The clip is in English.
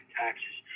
taxes